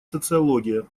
социология